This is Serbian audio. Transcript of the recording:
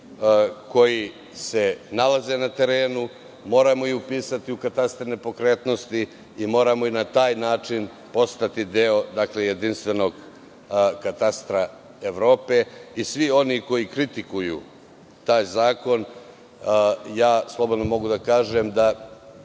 koji se nalaze na terenu, moramo ih upisati u katastar nepokretnosti i moramo na taj način postati deo jedinstvenog katastra Evrope. Svi oni koji kritikuju taj zakon, slobodno mogu da kažem,